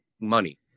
money